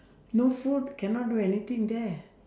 no food cannot do anything there